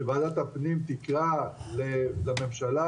שוועדת הפנים תקרא לממשלה,